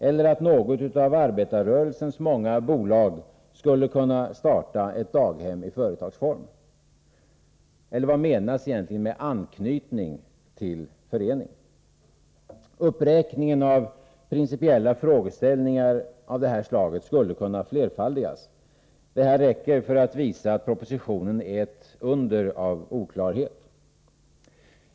Eller betyder det att något av arbetarrörelsens många bolag skulle kunna starta ett daghem i företagsform? Eller vad menas med anknytning till förening? Uppräkningen av principiella frågeställningar av detta slag skulle kunna flerfaldigas. Detta räcker för att visa att propositionen är ett under av oklarhet.